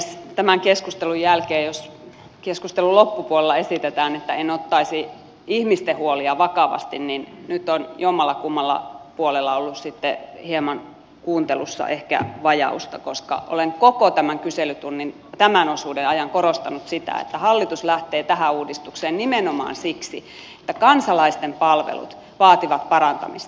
jos tämän keskustelun loppupuolella esitetään että en ottaisi ihmisten huolia vakavasti niin nyt on jommallakummalla puolella ollut sitten hieman kuuntelussa ehkä vajausta koska olen koko tämän kyselytunnin tämän osuuden ajan korostanut sitä että hallitus lähtee tähän uudistukseen nimenomaan siksi että kansalaisten palvelut vaativat parantamista